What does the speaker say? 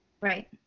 Right